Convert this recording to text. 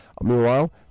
Meanwhile